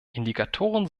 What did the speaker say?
indikatoren